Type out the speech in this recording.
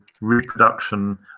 reproduction